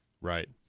Right